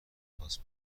خواست